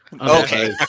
okay